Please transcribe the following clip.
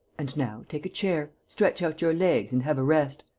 and now take a chair, stretch out your legs and have a rest.